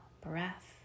breath